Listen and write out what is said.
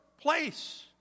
place